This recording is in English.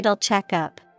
checkup